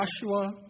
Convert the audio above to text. Joshua